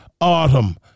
autumn